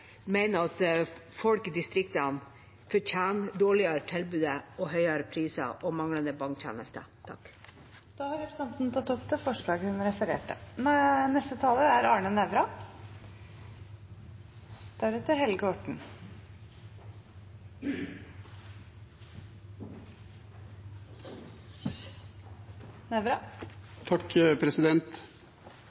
at folk i distriktene fortjener dårligere tilbud, høyere priser og manglende banktjenester. Representanten Siv Mossleth har tatt opp det forslaget hun refererte til. Det er